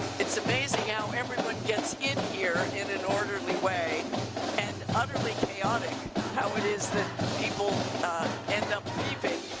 it's amazing how everyone gets in here in an orderly way and utterly chaotic how it is that people end up leaving